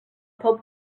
pub